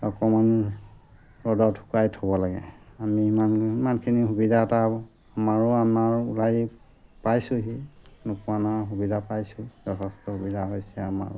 অকণমান ৰ'দত শুকাই থ'ব লাগে আমি ইমান ইমানখিনি সুবিধা এটা আমাৰো আমাৰ ওলাই পাইছোঁহি নোপোৱা নহয় সুবিধা পাইছোঁ যথেষ্ট সুবিধা হৈছে আমাৰ